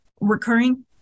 recurring